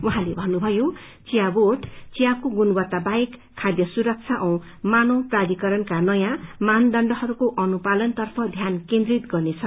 उहाँले भन्नुभयो चिया बोंड चियाको गुणवत्ता बाहेक खाध्य सुरक्षा औ मानव प्राथिकारणका नयाँ मानदण्डहरूका अनुपालनतर्फ ध्यान ध्यान केन्द्रित गर्नेछ